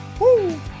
Woo